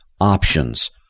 options